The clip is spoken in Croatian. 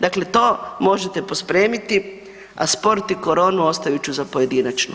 Dakle, to možete pospremiti, a sport i koronu ostavit ću za pojedinačnu.